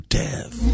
death